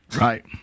right